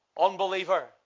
unbeliever